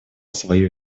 свою